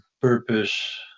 purpose